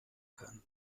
kann